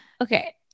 okay